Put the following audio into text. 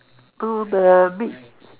to the beach